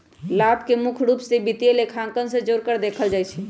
लाभ के मुख्य रूप से वित्तीय लेखांकन से जोडकर देखल जा हई